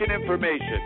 information